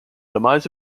demise